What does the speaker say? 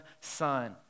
son